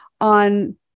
on